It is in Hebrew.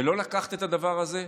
לא לקחת את הדבר הזה,